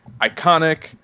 iconic